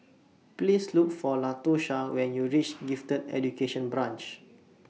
Please Look For Latosha when YOU REACH Gifted Education Branch